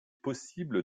possible